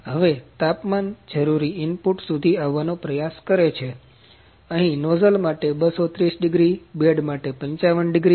હવે તાપમાન જરૂરી ઇનપુટ સુધી આવવાનો પ્રયાસ કરે છે અહી નોઝલ માટે 230 ડિગ્રી બેડ માટે 55 ડિગ્રી